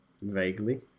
Vaguely